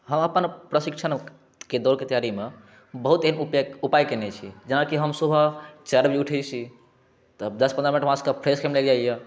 हम अपन प्रशिक्षण के दौड़ के तैयारी मे बहुत एक उपाय उपाय कयने छी जेनाकि हम सुबह चारि बजे उठै छी तब दस पंद्रह मिनट हमरा सबके फ्रेसमे लागि जाइया